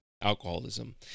alcoholism